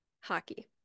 hockey